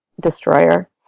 destroyer